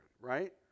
right